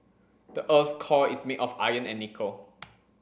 the earth's core is made of iron and nickel